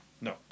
no